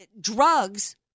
drugs